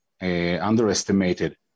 underestimated